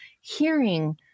hearing